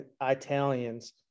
italians